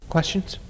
Questions